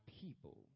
people